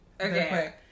okay